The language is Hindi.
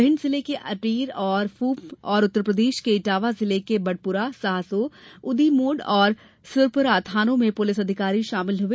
भिण्ड जिले के अटेर और फूप और उत्तरप्रदेश के इटावा जिले के बडपुरा सहसों उदी मोड और सुरपुरा थानों के पुलिस अधिकारी शामिल हुए